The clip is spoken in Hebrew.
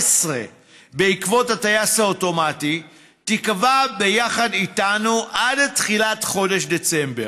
בעקבות הטייס האוטומטי תיקבע ביחד איתנו עד תחילת חודש דצמבר.